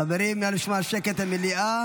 חברים, נא לשמור על שקט במליאה.